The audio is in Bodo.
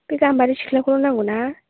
बे गामबारि सिख्लाखौल' नांगौना